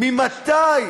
מתי